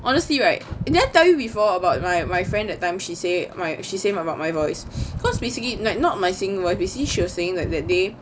honestly right did I tell you before about my my friend that time she say she say about my voice cause basically not not my singing voice basically she was saying that that day